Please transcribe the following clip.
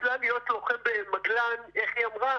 היא אמרה